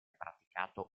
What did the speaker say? praticato